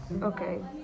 Okay